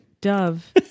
dove